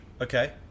Okay